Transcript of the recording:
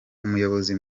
umuyobozi